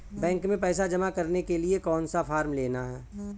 Bank में पैसा जमा करने के लिए कौन सा फॉर्म लेना है?